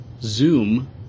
Zoom